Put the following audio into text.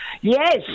Yes